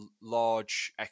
large